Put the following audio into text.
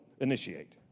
initiate